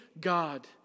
God